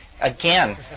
Again